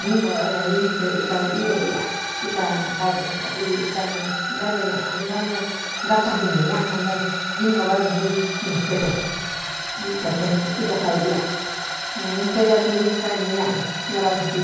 diínga váꞌá xa i ñɨkɨɨ íka ío íꞌa íkakakikantáde ñaꞌa ntátai ne ñáꞌa ne dinga váꞌáca í ñɨkɨ́ e íka kai iꞌa ne ñɨka ikakii dinká ne ñaꞌa ña váꞌá xā ji.